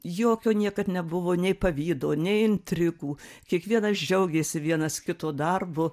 jokio niekad nebuvo nei pavydo nei intrigų kiekvienas džiaugėsi vienas kito darbu